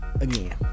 again